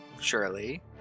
surely